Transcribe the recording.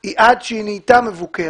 היא עד שהיא נהייתה מבוקרת.